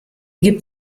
gibt